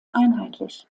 einheitlich